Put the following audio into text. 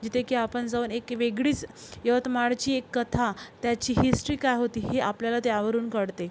जिथे की आपण जाऊन एक वेगळीच यवतमाळची एक कथा त्याची हिस्ट्री काय होती ही आपल्याला त्यावरून कळते